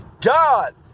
God